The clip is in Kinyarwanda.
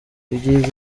ibyiza